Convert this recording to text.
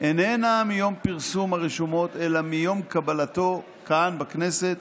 איננה מיום פרסומו ברשומות אלא מיום קבלתו כאן בכנסת,